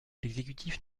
l’exécutif